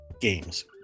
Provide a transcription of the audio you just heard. games